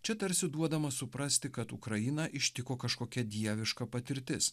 čia tarsi duodama suprasti kad ukrainą ištiko kažkokia dieviška patirtis